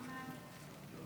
אני רוצה לדבר על הסרטון שראינו